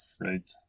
right